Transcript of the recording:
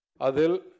Adil